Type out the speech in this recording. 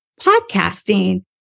podcasting